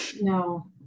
no